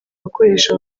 bakoresha